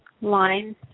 line